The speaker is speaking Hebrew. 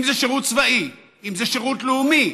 אם זה שירות צבאי, אם זה שירות לאומי,